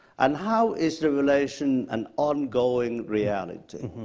and how is revelation an ongoing reality?